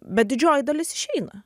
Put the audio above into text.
bet didžioji dalis išeina